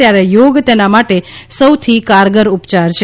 ત્યારે યોગ તેના માટે સૌથી કારગર ઉપયાર છે